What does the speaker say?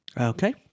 Okay